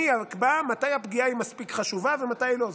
אני אקבע מתי הפגיעה מספיק חשובה ומתי לא.